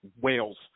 Wales